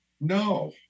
No